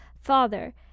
Father